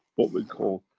what we call,